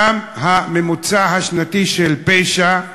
שם הממוצע השנתי של פשע,